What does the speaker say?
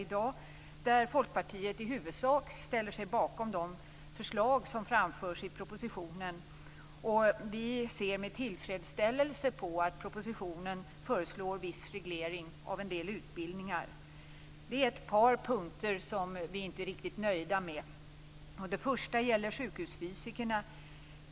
I huvudsak ställer vi i Folkpartiet oss bakom de förslag som framförs i propositionen. Vi ser med tillfredsställelse att det i propositionen föreslås en viss reglering av en del utbildningar. På ett par punkter är vi dock inte riktigt nöjda. Först och främst gäller det sjukhusfysikerna.